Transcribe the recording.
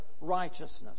righteousness